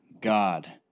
God